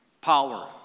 power